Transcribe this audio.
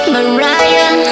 Mariah